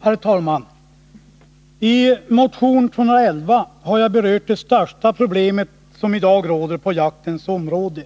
Herr talman! I motion 211 har jag berört det största problem som i dag råder på jaktens område,